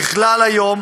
ככלל, היום